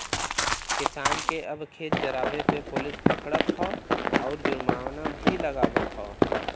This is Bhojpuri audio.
किसान के अब खेत जरावे पे पुलिस पकड़त हौ आउर जुर्माना भी लागवत हौ